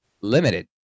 limited